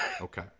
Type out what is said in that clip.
Okay